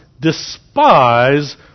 despise